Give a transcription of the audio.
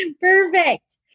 Perfect